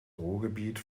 ruhrgebiet